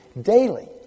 Daily